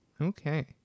Okay